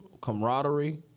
camaraderie